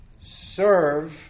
serve